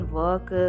work